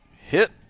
hit